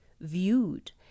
viewed